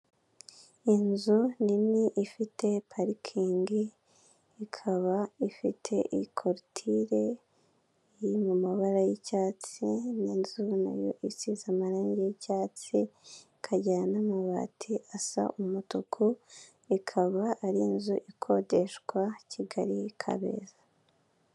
Inzu nini ifite parikingi ikaba ifite ikoritire iri mu mabara y'icyatsi n'inzu nayo isize amarangi y'icyatsi ikajyana n'amabati asa umutuku ikaba ari inzu ikodeshwa Kigali Kabeza.